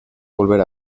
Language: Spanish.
volver